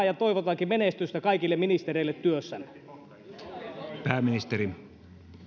ja toivotankin menestystä kaikille ministereille työssänne